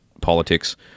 politics